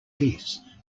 geese